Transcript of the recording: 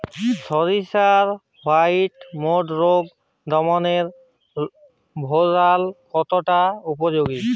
সরিষার white mould রোগ দমনে রোভরাল কতটা উপযোগী?